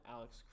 Alex